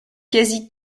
quasi